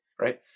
right